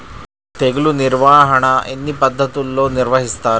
తెగులు నిర్వాహణ ఎన్ని పద్ధతుల్లో నిర్వహిస్తారు?